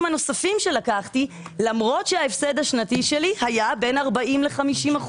הנוספים שלקחתי למרות שההפסד השנתי שלי היה בין 40% ל-50%,